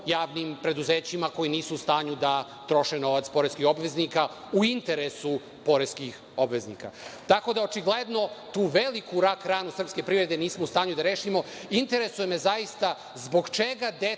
javnim preduzećima, koji nisu u stanju da troše novac poreskih obveznika u interesu poreskih obveznika. Tako da, očigledno, tu veliku rak-ranu srpske privrede nismo u stanju da rešimo. Interesuje me, zaista, zbog čega detaljni